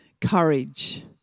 courage